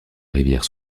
rivière